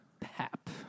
Pap